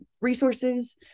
resources